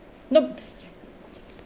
no